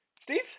Steve